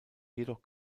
jedoch